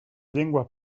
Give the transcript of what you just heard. llengua